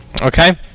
Okay